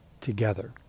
together